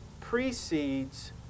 precedes